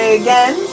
again